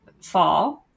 fall